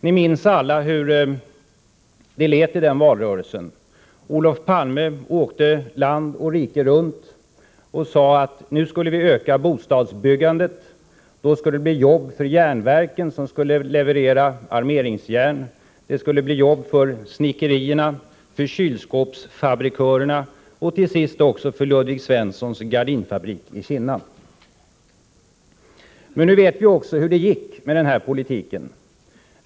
Ni minns alla hur det lät i den valrörelsen. Olof Palme åkte land och rike runt och sade att nu skulle vi öka bostadsbyggandet. Det skulle bli jobb för järnverken som skulle leverera armeringsjärn, för snickerierna, för kylskåpsfabrikanterna och till sist också för Ludvig Svenssons gardinfabrik i Kinna. Men nu vet vi också hur det gick med den här politiken.